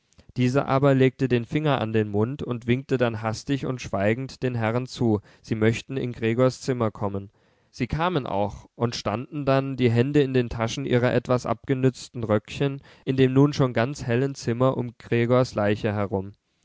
diese aber legte den finger an den mund und winkte dann hastig und schweigend den herren zu sie möchten in gregors zimmer kommen sie kamen auch und standen dann die hände in den taschen ihrer etwas abgenützten röckchen in dem nun schon ganz hellen zimmer um gregors leiche herum